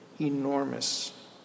enormous